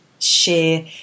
share